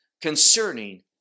concerning